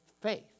faith